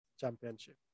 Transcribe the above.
championship